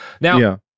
Now